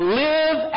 live